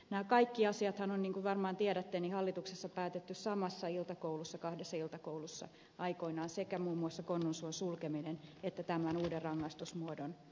nämä kaikki asiathan on niin kuin varmaan tiedätte hallituksessa päätetty samassa iltakoulussa kahdessa iltakoulussa aikoinaan sekä muun muassa konnunsuon sulkeminen että tämän uuden rangaistusmuodon käyttöönotto